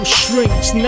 shrinks